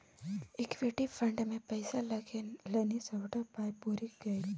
equity fund मे पैसा लगेलनि सभटा पाय बुरि गेल